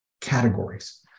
categories